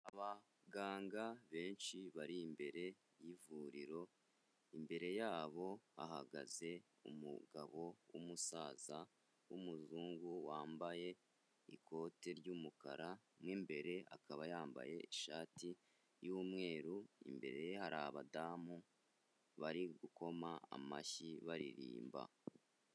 Abaganga benshi bari imbere y'ivuriro, imbere yabo hahagaze umugabo w'umusaza w'umuzungu, wambaye ikote ry'umukara, mu imbere akaba yambaye ishati y'umweru, imbere hari abadamu bari gukoma amashyi baririmba.